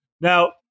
Now